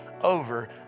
over